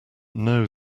know